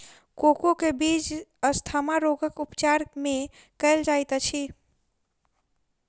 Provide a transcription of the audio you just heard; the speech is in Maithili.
कोको के बीज अस्थमा रोगक उपचार मे कयल जाइत अछि